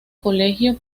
colegio